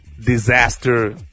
disaster